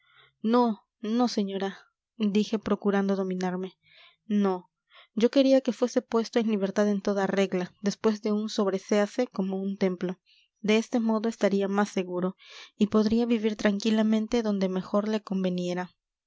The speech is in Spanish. no no señora dije procurando dominarme no yo quería que fuese puesto en libertad en toda regla después de un sobreséase como un templo de este modo estaría más seguro y podría vivir tranquilamente donde mejor le